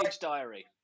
diary